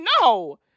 no